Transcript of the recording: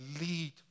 lead